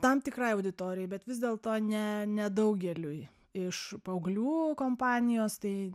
tam tikrai auditorijai bet vis dėlto ne nedaugeliui iš paauglių kompanijos tai